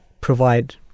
provide